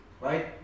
right